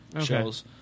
shows